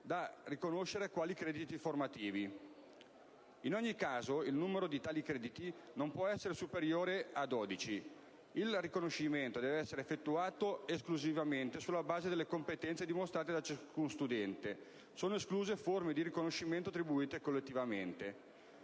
da riconoscere quali crediti formativi. In ogni caso, il numero di tali crediti non può essere superiore a dodici. Il riconoscimento deve essere effettuato esclusivamente sulla base delle competenze dimostrate da ciascuno studente. Sono escluse forme di riconoscimento attribuite collettivamente.